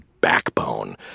backbone